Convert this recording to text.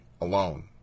alone